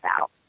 out